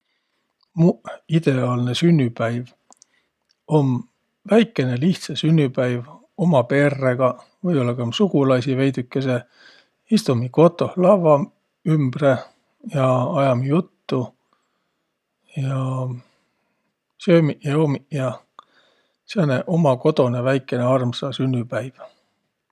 Muq ideaalnõ sünnüpäiv um väikene lihtsä sünnüpäiv uma perregaq, või-ollaq ka sugulaisi veidükese. Istumiq kotoh lavva ümbre ja ajamiq juttu ja söömiq, joomiq ja, sääne uma kodonõ väiku, armsa sünnüpäiv.